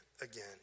again